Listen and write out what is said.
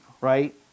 right